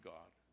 God